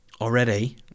already